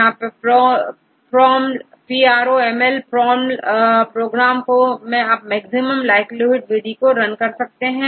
यह PROML है इस प्रोग्राम में आप मैक्सिमम लाइक्लीहुड विधि को रन करते हैं